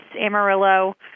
Amarillo